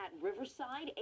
Riverside